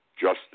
Justice